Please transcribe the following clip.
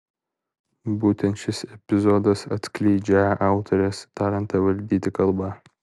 būtent šis epizodas atskleidžią autorės talentą valdyti kalbą